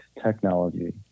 technology